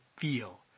feel